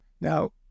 now-